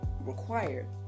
required